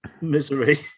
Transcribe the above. misery